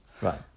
Right